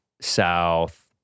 South